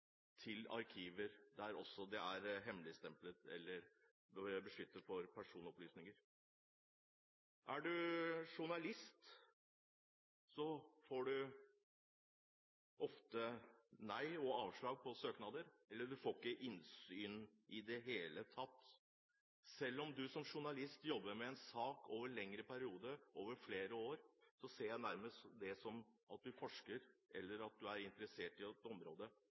til arkiver, der det også er hemmeligstemplede dokumenter eller beskyttede personopplysninger. Er du journalist, får du ofte nei og avslag på søknader – du får ikke innsyn i det hele tatt. Om du som journalist jobber med en sak i en lengre periode, over flere år, ser jeg nærmest det som at du forsker, eller at du er interessert i et område.